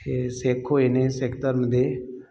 ਇਹ ਸਿੱਖ ਹੋਏ ਨੇ ਸਿੱਖ ਧਰਮ ਦੇ